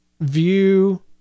view